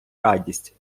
радість